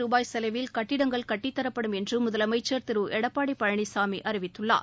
ரூபாய் செலவில் கட்டிடங்கள் கட்டித்தரப்படும் என்று முதலமைச்சர் திரு எடப்பாடி பழனிசாமி அறிவித்துள்ளார்